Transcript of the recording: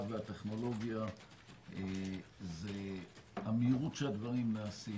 והטכנולוגיה זה המהירות שהדברים נעשים,